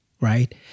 right